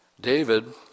David